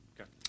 Okay